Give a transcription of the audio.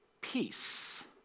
peace